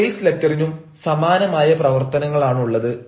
ഒരു സെയിൽസ് ലെറ്ററിനും സമാനമായ പ്രവർത്തനങ്ങളാണുള്ളത്